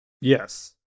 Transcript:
Yes